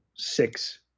six